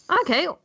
okay